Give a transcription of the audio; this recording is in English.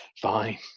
Fine